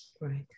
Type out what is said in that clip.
Right